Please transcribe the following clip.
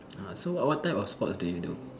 ah so what what type of sport do you do